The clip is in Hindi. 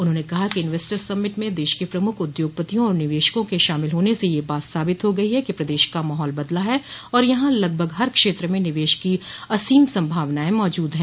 उन्होंने कहा कि इन्वेस्टर्स समिट में दश के प्रमुख उद्योगपतियों और निवेशकों के शामिल होने से यह बात साबित हो गई है कि प्रदेश का माहौल बदला है और यहां लगभग हर क्षेत्र में निवेश की असीम संभावनायें मौजूद हैं